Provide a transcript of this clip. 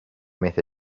method